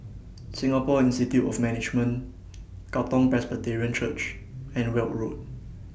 Singapore Institute of Management Katong Presbyterian Church and Weld Road